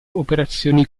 operazioni